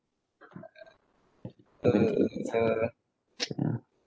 uh uh yeah